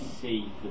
see